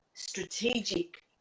Strategic